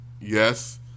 yes